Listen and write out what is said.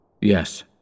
Yes